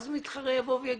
כאן מה זה מתחרה יבוא ויגיד?